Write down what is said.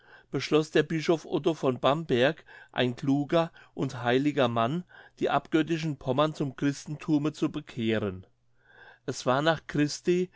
beschloß der bischof otto von bamberg ein kluger und heiliger mann die abgöttischen pommern zum christenthume zu bekehren es war nach christi